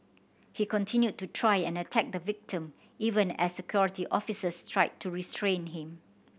he continued to try and attack the victim even as Security Officers tried to restrain him